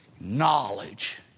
knowledge